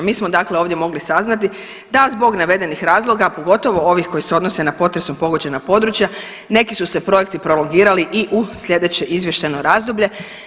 Mi smo dakle ovdje mogli saznati da zbog navedenih razloga pogotovo ovih koji se odnose na potresom pogođena područja neki su se projekti prolongirali i u sljedeće izvještajno razbolje.